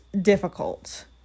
difficult